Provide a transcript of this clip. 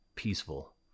Peaceful